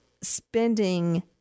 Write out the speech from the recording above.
spending